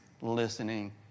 listening